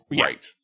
right